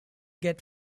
get